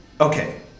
Okay